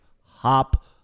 hop